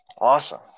awesome